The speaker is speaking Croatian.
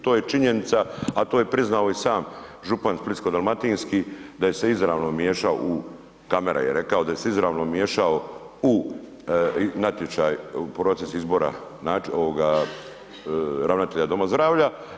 To je činjenica, a to je priznao i sam župan splitsko-dalmatinski da se izravno miješao, kamera je, rekao je da se izravno miješao u natječaj u proces izbora ravnatelja doma zdravlja.